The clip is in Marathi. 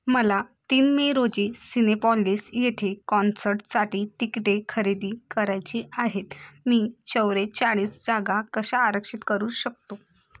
मला तीन मे रोजी सिनेपॉलिस येथे कॉन्सर्टसाठी तिकिटे खरेदी करायचे आहेत मी चव्वेचाळीस जागा कशा आरक्षित करू शकतो